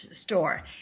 store